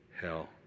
hell